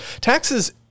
taxes